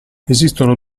esistono